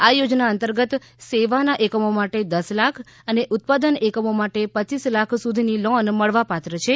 આ યોજના અંતર્ગત સેવાના એકમો માટે દસ લાખ અને ઉત્પાદન એકમો માટે પચ્યીસ લાખ સુધીની લોન મળવાપાત્ર છે